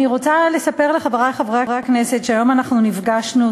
אני רוצה לספר לחברי חברי הכנסת שהיום סיעת